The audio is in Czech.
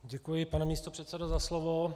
Děkuji, pane místopředsedo, za slovo.